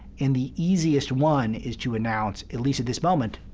and the easiest one is to announce, at least at this moment,